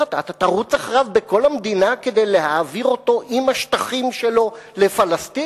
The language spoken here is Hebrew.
אתה תרוץ אחריו בכל המדינה כדי להעביר אותו עם השטחים שלו לפלסטין?